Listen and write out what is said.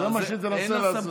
זה מה שהיא תנסה לעשות.